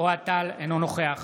אוהד טל, אינו נוכח